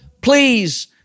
please